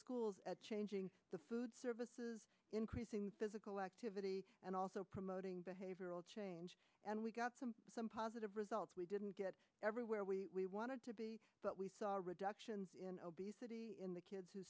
schools at changing the food services increasing physical activity and also promoting behavioral change and we got some some positive results we didn't get every where we wanted to be but we saw a reduction in obesity in the kids who